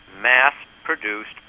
mass-produced